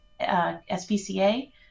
SPCA